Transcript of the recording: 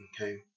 Okay